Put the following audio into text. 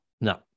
No